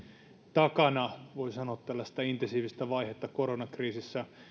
takana voi sanoa tällaista intensiivistä vaihetta koronakriisissä